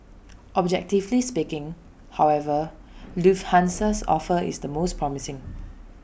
objectively speaking however Lufthansa's offer is the most promising